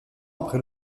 après